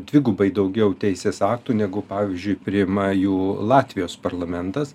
dvigubai daugiau teisės aktų negu pavyzdžiui priima jų latvijos parlamentas